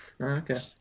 okay